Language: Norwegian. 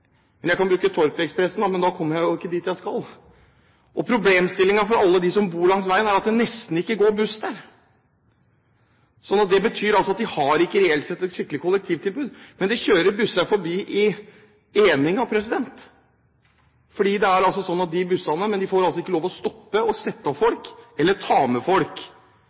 Jeg kan bruke Torp-ekspressen, men da kommer jeg ikke dit jeg skal. Problemstillingen for alle dem som bor langs veien, er at det nesten ikke går busser der. Det betyr at man reelt sett ikke har et skikkelig kollektivtilbud. Det kjører busser forbi i eninga, men de får altså ikke lov til å stoppe og sette av folk eller ta med folk.